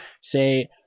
say